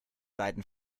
beiden